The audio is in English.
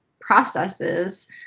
processes